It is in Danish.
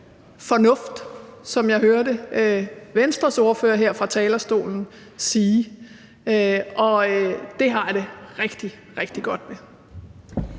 fornuft, sådan som jeg hører Venstres ordfører her fra talerstolen sige det. Og det har jeg det rigtig, rigtig godt med.